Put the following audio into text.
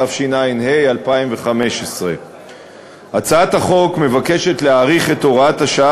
התשע"ה 2015. הצעת החוק באה להאריך את הוראת השעה